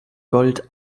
gold